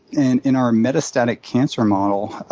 and in our metastatic cancer model,